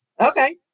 Okay